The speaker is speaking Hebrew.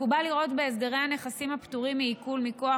מקובל לראות בהסדרי הנכסים הפטורים מעיקול מכוח